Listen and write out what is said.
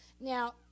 Now